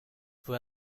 fue